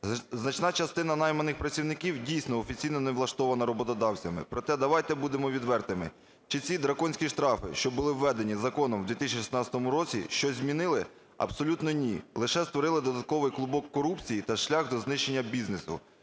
Значна частина найманих працівників, дійсно, офіційно не влаштована роботодавцями, проте давайте будемо відвертими: чи ці драконівські штрафи, що були введені законом в 2016 році щось змінили? Абсолютно ні, лише створили додатковий клубок корупції та шлях до знищення бізнесу.